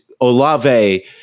Olave